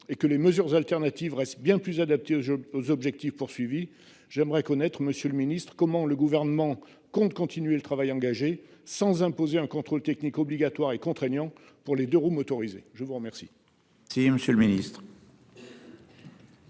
et que les mesures alternatives reste bien plus adapté aux aux objectifs poursuivis. J'aimerais connaître Monsieur le Ministre, comment le gouvernement compte continuer le travail engagé sans imposer un contrôle technique obligatoire et contraignant pour les deux-roues motorisés, je vous remercie. Si Monsieur le Ministre.